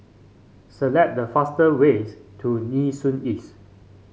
select the fastest ways to Nee Soon East